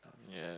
ya